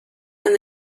and